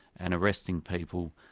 and arresting people,